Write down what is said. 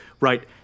Right